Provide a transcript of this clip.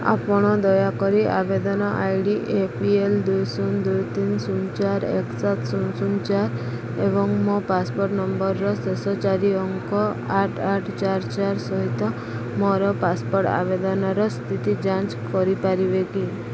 ଆପଣ ଦୟାକରି ଆବେଦନ I D A P L ଦୁଇ ଶୂନ ଦୁଇ ତିନି ଶୂନ ଚାରି ଏକ ସାତ ଶୂନ ଶୂନ ଚାରି ଏବଂ ମୋ ପାସପୋର୍ଟ୍ ନମ୍ବର୍ର ଶେଷ ଚାରି ଅଙ୍କ ଆଠ ଆଠ ଚାରି ଚାରି ସହିତ ମୋର ପାସପୋର୍ଟ୍ ଆବେଦନର ସ୍ଥିତି ଯାଞ୍ଚ କରିପାରିବେ କି